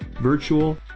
virtual